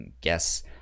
guess